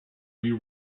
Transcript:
you